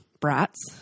brats